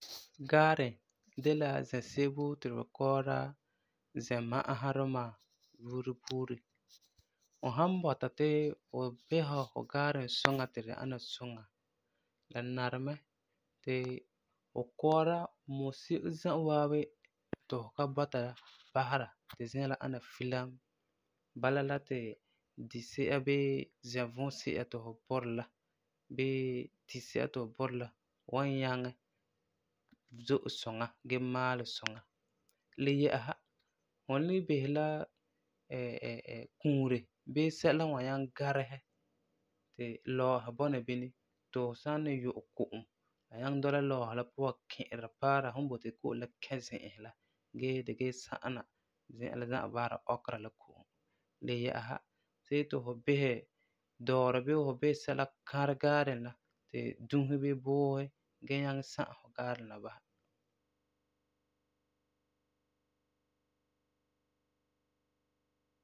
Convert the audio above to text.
Darden de la zɛseko ti tu kɔɔra zɛma'asa duma buuri buuri. Fu san bɔta ti fu bisera fu garden suŋa suŋa ti di ana suŋa, di nari mɛ ti fu kɔɔra mɔ se'em za'a waabi ti fu ka bɔta la basera ti zi'an la ana filam, bala la ti disi'a bii zɛvu-si'a ti fu burɛ la bii tisi'a ti fu burɛ la wan nyaŋɛ zo'e suŋa gee maalɛ suŋa. Le yɛ'ɛsa, fu ni bisɛ la kuure bii sɛla n wan nyaŋɛ garesɛ ti lɔɔsi bɔna bini ti fu san ni yu'ɛ ko'om ba nyaŋɛ dɔla lɔɔsi la puan ki'ira paara fum boti ko'om la kɛ zi'an, gee di da sa'ana zi'an la za'a basera, ɔkera la. Le yɛ'ɛsa, see ti fu bisɛ dɔɔrɔ bii sɛla kãrɛ garden la ti dusi bii buusi da nyaŋɛ sa'am garden la basɛ.